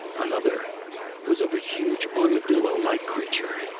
another was of a huge armadillo-like creature.